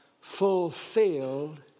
fulfilled